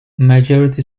majority